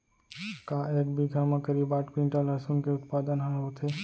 का एक बीघा म करीब आठ क्विंटल लहसुन के उत्पादन ह होथे?